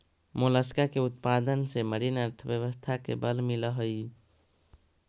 Mollusca के उत्पादन से मरीन अर्थव्यवस्था के बल मिलऽ हई